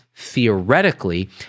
theoretically